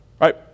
right